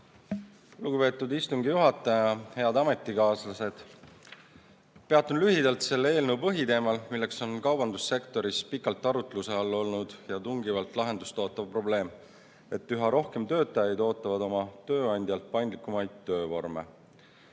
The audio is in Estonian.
Lugupeetud istungi juhataja! Head ametikaaslased! Peatun lühidalt selle eelnõu põhiteemal, milleks on kaubandussektoris pikalt arutluse all olnud ja tungivalt lahendust ootav probleem, et üha rohkem töötajaid ootab oma tööandjalt paindlikumaid töövorme.